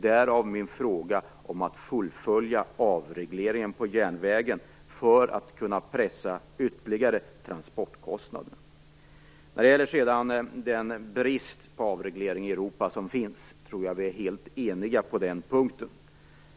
Därför ställde jag frågan om att fullfölja avregleringen på järnvägen - för att vi skall kunna pressa transportkostnaderna ytterligare. Vi är helt eniga i fråga om bristen på avreglering i Europa.